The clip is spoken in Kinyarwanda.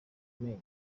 amenyo